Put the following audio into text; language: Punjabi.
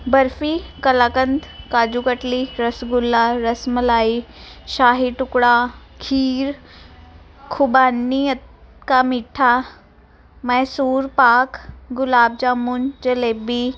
ਬਰਫੀ ਕਲਾਕੰਦ ਕਾਜੂ ਕਤਲੀ ਰਸਗੁੱਲਾ ਰਸਮਲਾਈ ਸ਼ਾਹੀ ਟੁਕੜਾ ਖੀਰ ਖੁਬਾਨੀਅਤ ਕਾ ਮੀਠਾ ਮੈਸੂਰ ਪਾਕ ਗੁਲਾਬ ਜਾਮੁਨ ਜਲੇਬੀ